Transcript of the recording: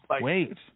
wait